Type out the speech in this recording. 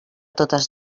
totes